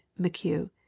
mchugh